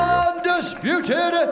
undisputed